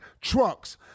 trucks